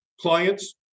clients